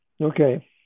Okay